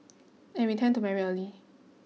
and we tend to marry early